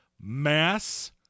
mass